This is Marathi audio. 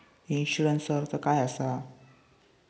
इन्शुरन्सचो अर्थ काय असा?